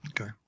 Okay